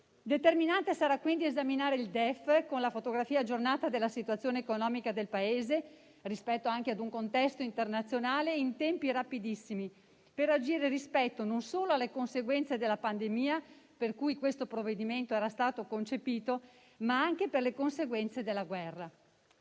Determinante sarà quindi esaminare il DEF, con la fotografia aggiornata della situazione economica del Paese, rispetto anche al contesto internazionale, in tempi rapidissimi, per agire rispetto alle conseguenze non solo della pandemia, per cui questo provvedimento era stato concepito, ma anche della guerra.